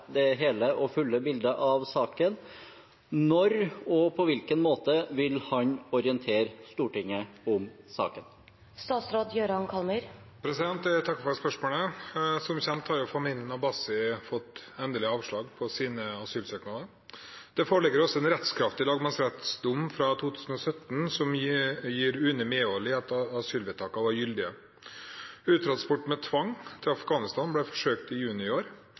det hele og fulle bildet av saken. Når og på hvilken måte vil han orientere Stortinget om saken?» Jeg takker for spørsmålet. Som kjent har familien Abbasi fått endelig avslag på sine asylsøknader. Det foreligger også en rettskraftig lagmannsrettsdom fra 2017 som gir UNE medhold i at asylvedtakene var gyldige. Uttransport med tvang til Afghanistan ble forsøkt i juni i år.